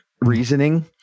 reasoning